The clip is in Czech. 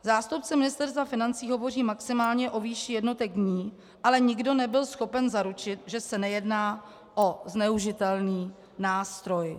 Zástupci Ministerstva financí hovoří maximálně o výši jednotek dní, ale nikdo nebyl schopen zaručit, že se nejedná o zneužitelný nástroj.